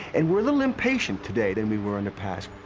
and we're a little impatient today than we were in the past.